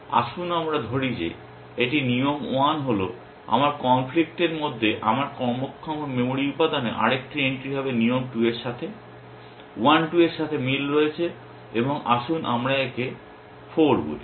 আসুন আমরা ধরি যে এটি নিয়ম 1 হল আমার কনফ্লিক্টের মধ্যে আমার কার্যক্ষম মেমরি উপাদানে আরেকটি এন্ট্রি হবে নিয়ম 2 এর সাথে 1 2 এর সাথে মিল রয়েছে এবং আসুন আমরা একে 4 বলি